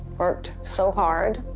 worked so hard,